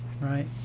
right